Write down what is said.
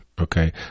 Okay